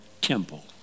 temple